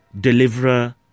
deliverer